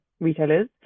retailers